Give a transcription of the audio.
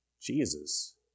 Jesus